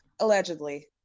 allegedly